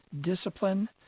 discipline